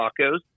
tacos